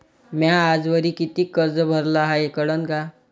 म्या आजवरी कितीक कर्ज भरलं हाय कळन का?